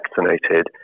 vaccinated